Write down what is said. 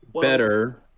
better